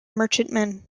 merchantmen